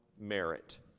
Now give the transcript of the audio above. merit